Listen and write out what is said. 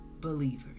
believers